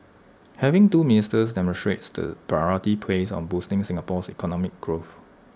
having two ministers demonstrates the priority placed on boosting Singapore's economic growth